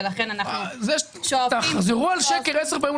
ולכן אנחנו --- תחזרו על שקר עשר פעמים,